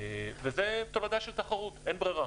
וזה תולדה של תחרות, אין ברירה.